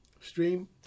stream